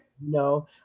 No